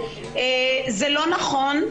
זה לא נכון.